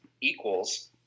equals